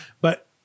But-